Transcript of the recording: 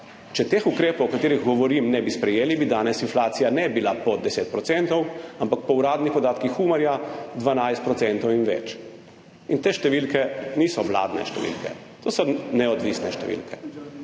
Če teh ukrepov, o katerih govorim, ne bi sprejeli, danes inflacija ne bi bila pod 10 %, ampak po uradnih podatkih Umarja 12 % in več. Te številke niso vladne številke, to so neodvisne številke.